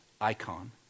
icon